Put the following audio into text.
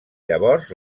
llavors